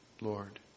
lord